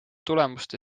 tulemust